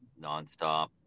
nonstop